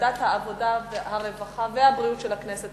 בוועדת העבודה, הרווחה והבריאות של הכנסת.